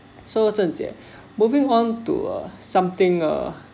so zhen jie moving on to uh something uh